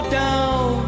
down